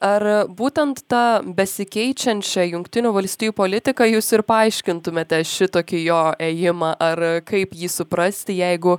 ar būtent ta besikeičiančia jungtinių valstijų politika jūs ir paaiškintumėte šitokį jo ėjimą ar kaip jį suprasti jeigu